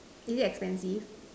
is it expensive